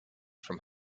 from